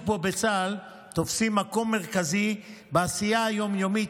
בו בצה"ל תופסים מקום מרכזי בעשייה היום-יומית,